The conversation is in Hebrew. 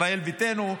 ישראל ביתנו,